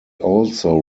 also